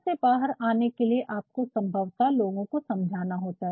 तो संकट से बाहर आने के लिए आपको स्वभावत लोगो को समझाना होता है